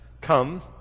come